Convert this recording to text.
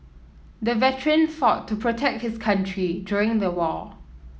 the veteran fought to protect his country during the war